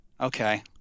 Okay